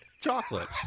chocolate